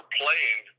playing